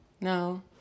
No